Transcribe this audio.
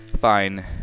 fine